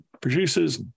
producers